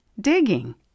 digging